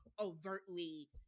overtly